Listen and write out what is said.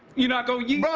you not gonna ye?